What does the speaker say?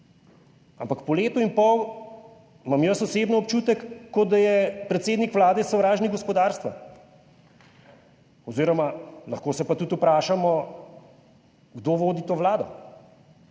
ampak po letu in pol imam jaz osebno občutek, kot da je predsednik vlade sovražnik gospodarstva oziroma lahko se pa tudi vprašamo, kdo vodi to Vlado,